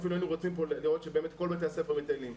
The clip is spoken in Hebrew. אפילו היינו רוצים לראות שכל בתי הספר מטיילים.